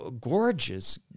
gorgeous